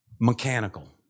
mechanical